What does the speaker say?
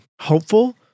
hopeful